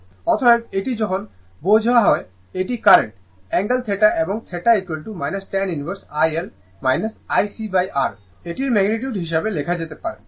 অতএব এটি এখন বোঝা যায় এটি কারেন্ট I অ্যাঙ্গেল θ এবং θ tan ইনভার্স IL ICR এর ম্যাগনিটিউড হিসাবে লিখা যেতে পারে